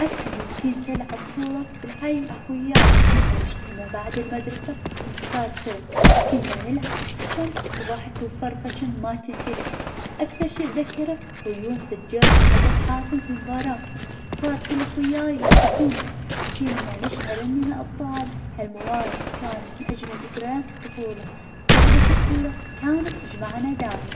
أذكر يوم كنت العب كورة في الحي مع خوياي, كنا نجتمع بعد المدرسة, ونختار فرق, كنا نلعب تحت الشمس, وضحك وفرفشة ما تنتهي, أكثر شي اتذكره, ويوم سجلت هدف حاسم في المباراة, وصار كل أخوياي يهتفون لي, كنا نشعر إننا أبطال, هالمواقف كانت أجمل ذكريات الطفولة, لعبة الكورة كانت تجمعنا دايم.